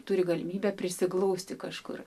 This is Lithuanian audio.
turi galimybę prisiglausti kažkur